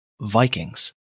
VIKINGS